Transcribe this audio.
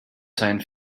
seien